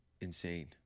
insane